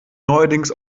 neuerdings